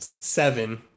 seven